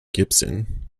gibson